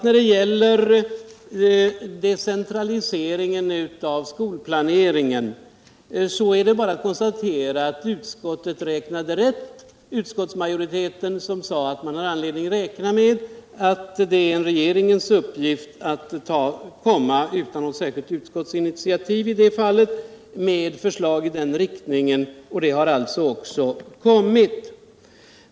När det gäller decentraliseringen av skolplaneringen är det bara att konstatera att utskottsmajoriteten räknade rätt som sade att man hade anledning tro att regeringen utan något särskilt utskottsinitiativ skulle lägga fram förslag i den riktningen. Det har alltså också kommit.